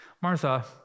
Martha